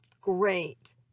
great